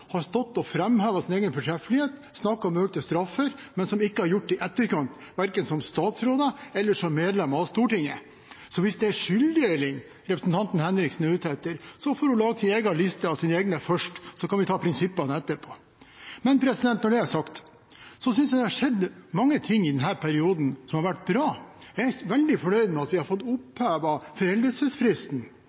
har stått og framhevet sin egen fortreffelighet og snakket om økte straffer, men som ikke har gjort det i etterkant – verken som statsråder eller som medlemmer av Stortinget. Så hvis det er skylddeling representanten Henriksen er ute etter, får hun lage sin egen liste over sine egne først, så kan vi ta prinsippene etterpå. Når det er sagt, synes jeg det har skjedd mange ting i denne perioden som har vært bra. Jeg er veldig fornøyd med at vi har fått opphevet foreldelsesfristen